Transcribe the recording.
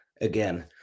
again